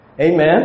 Amen